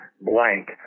blank